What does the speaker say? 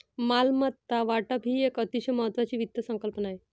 मालमत्ता वाटप ही एक अतिशय महत्वाची वित्त संकल्पना आहे